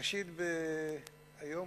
ראשית, היום,